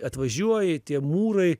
atvažiuoji tie mūrai